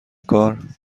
کار